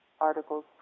articles